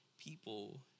people